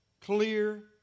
clear